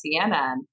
CNN